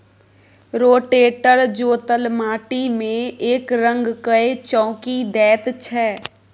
rotator जोतल माटि मे एकरंग कए चौकी दैत छै